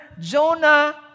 Jonah